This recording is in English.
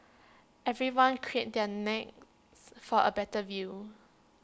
everyone craned their necks for A better view